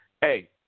hey